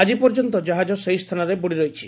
ଆଜି ପର୍ଯ୍ୟନ୍ତ କାହାଜ ସେହି ସ୍ଚାନରେ ବୁଡି ରହିଛି